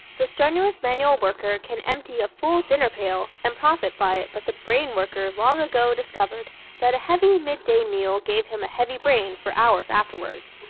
the strenuous manual worker can empty a full dinner pail and profit by it but the brain worker long ago discovered that a heavy midday meal gave him a heavy brain for hours afterwards.